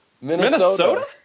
Minnesota